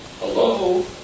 Hello